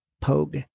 Pogue